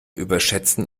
überschätzen